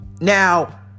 Now